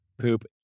poop